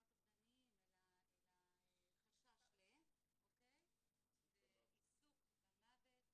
וחשש לניסיונות אובדניים, ועיסוק במוות.